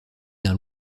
d’un